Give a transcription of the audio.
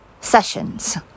sessions